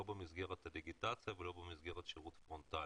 לא במסגרת הדיגיטציה ולא במסגרת שירות פרונטלי,